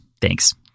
Thanks